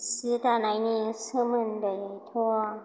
सि दानायनि सोमोन्दैथ'